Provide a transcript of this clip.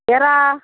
இறா